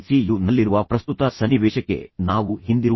you ನಲ್ಲಿರುವ ಪ್ರಸ್ತುತ ಸನ್ನಿವೇಶಕ್ಕೆ ನಾವು ಹಿಂದಿರುಗೋಣ